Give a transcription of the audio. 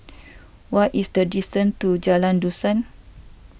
what is the distance to Jalan Dusan